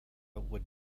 would